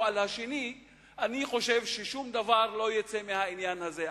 אחד על השני אני חושב ששום דבר לא יצא מהעניין הזה.